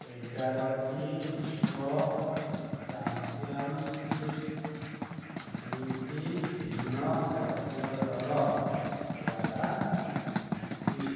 ଏଗାରଟି ବିଶ୍ୱ ଚାମ୍ପିଅନସିପ୍ ଦୁଇଟି ଭିନ୍ନ ଜାତୀୟ ଦଳ ଦ୍ୱାରା ଜିତିଛି